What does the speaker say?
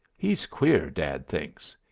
he's queer, dad thinks.